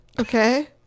Okay